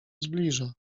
zbliża